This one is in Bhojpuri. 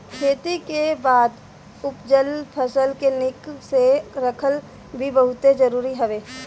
खेती के बाद उपजल फसल के निक से रखल भी बहुते जरुरी हवे